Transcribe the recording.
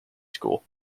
school